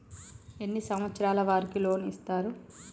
ఎన్ని సంవత్సరాల వారికి లోన్ ఇస్తరు?